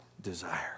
desire